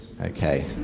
Okay